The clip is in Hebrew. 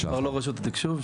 כבר לא רשות התקשוב.